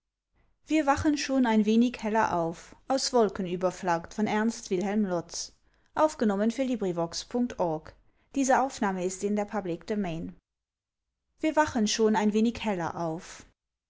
wir wachen schon ein wenig heller auf wir wachen schon ein wenig heller auf